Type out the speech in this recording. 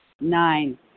Nine